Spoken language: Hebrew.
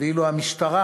ואילו המשטרה,